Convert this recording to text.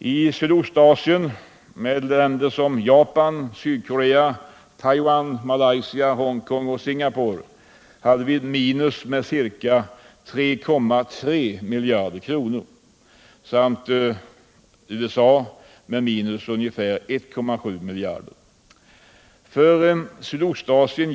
Gentemot Sydostasien — med länder som Japan, Sydkorea, Taiwan, Malaysia, Hongkong och Singapore — hade vi ett minus på ca 3,3 miljarder kronor. Gentemot USA var vårt minus ca 1,7 miljarder kronor. Sydostasien